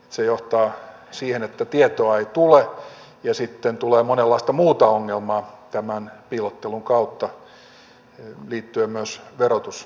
se johtaa siihen että tietoa ei tule ja sitten tulee monenlaista muuta ongelmaa tämän piilottelun kautta liittyen myös verotusseuraamuksiin